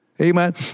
Amen